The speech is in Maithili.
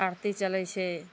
आरती चलय छै